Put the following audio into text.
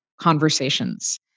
conversations